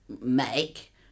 make